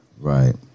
right